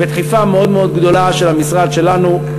ובדחיפה מאוד מאוד גדולה של המשרד שלנו,